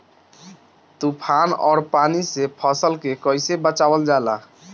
तुफान और पानी से फसल के कईसे बचावल जाला?